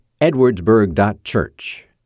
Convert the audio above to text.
edwardsburg.church